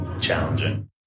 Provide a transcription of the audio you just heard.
challenging